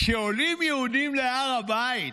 כשעולים יהודים להר הבית,